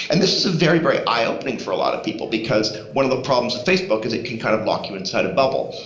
and this is very, very eye opening for a lot of people because one of the problems of facebook is it can kind of lock you inside a bubble.